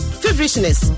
feverishness